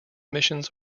missions